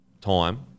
time –